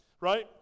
Right